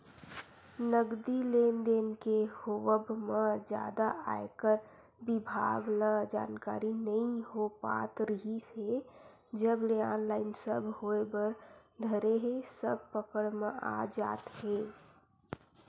नगदी लेन देन के होवब म जादा आयकर बिभाग ल जानकारी नइ हो पात रिहिस हे जब ले ऑनलाइन सब होय बर धरे हे सब पकड़ म आ जात हे